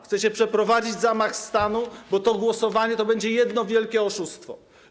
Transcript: Chcecie przeprowadzić zamach stanu, bo to głosowanie będzie jednym wielkim oszustwem.